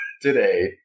today